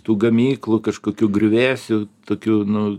tų gamyklų kažkokių griuvėsių tokių nu